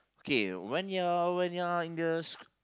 okay when you are when you are in the sc~